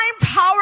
power